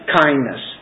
kindness